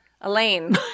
Elaine